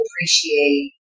appreciate